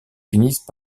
finissent